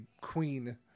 Queen